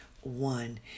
one